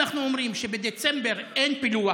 אנחנו אומרים שבדצמבר אין פילוח,